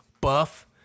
buff